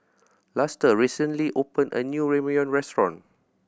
Luster recently opened a new Ramyeon Restaurant